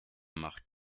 macht